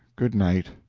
good night,